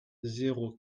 zéro